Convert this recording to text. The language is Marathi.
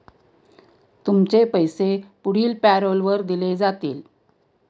तुमचे पैसे पुढील पॅरोलवर दिले जातील